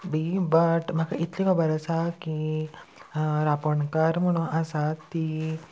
but म्हाका इतली खबर आसा की रांपोणकार म्हणून आसा ती